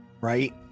Right